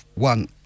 One